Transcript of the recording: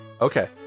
Okay